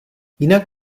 jinak